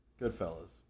Goodfellas